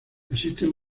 existen